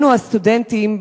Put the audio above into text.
לנו הסטודנטים,